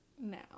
now